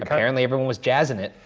apparently everyone was jazzin' it.